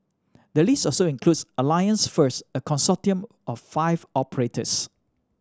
the list also includes Alliance First a consortium of five operators